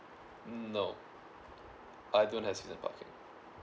mm no I don't have season parking